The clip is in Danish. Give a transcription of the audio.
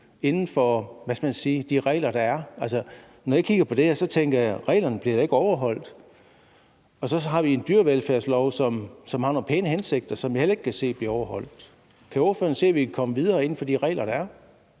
inden for de regler, der er? Altså, når jeg kigger på det her, tænker jeg, at reglerne da ikke bliver overholdt, og så har vi en dyrevelfærdslov, som har nogle pæne hensigter, og som jeg heller ikke kan se bliver overholdt. Kan ordføreren se, at vi kan komme videre inden for de regler, der er?